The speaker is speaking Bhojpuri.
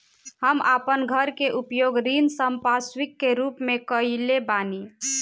हम आपन घर के उपयोग ऋण संपार्श्विक के रूप में कइले बानी